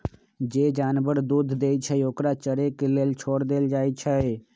जे जानवर दूध देई छई ओकरा चरे के लेल छोर देल जाई छई